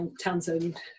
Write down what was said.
Townsend